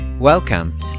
Welcome